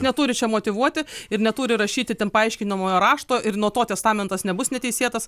neturi čia motyvuoti ir neturi rašyti ten paaiškinamojo rašto ir nuo to testamentas nebus neteisėtas